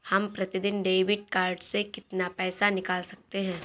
हम प्रतिदिन debit card से कितना पैसा निकाल सकते हैं?